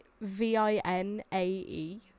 V-I-N-A-E